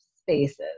spaces